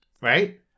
Right